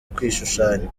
kwishushanya